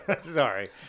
Sorry